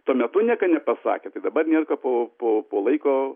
tuo metu nieko nepasakė tai dabar nėr ko po po laiko